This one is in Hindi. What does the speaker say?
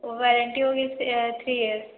वैरंटी है